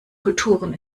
kulturen